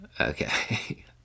Okay